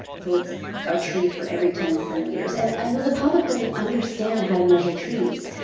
so it's a tree for every ten centimetres. and and the public doesn't understand how to measure trees.